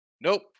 Nope